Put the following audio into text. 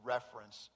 reference